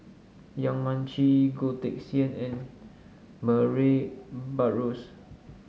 Yong Mun Chee Goh Teck Sian and Murray Buttrose